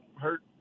hurt